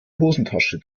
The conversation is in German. hosentasche